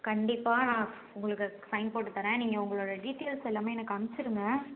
கண்டிப்பாக நான் உங்களுக்கு சைன் போட்டுத் தரேன் நீங்கள் உங்களோடய டீட்டெய்ல்ஸ் எல்லாமே எனக்கு அமுச்சுடுங்க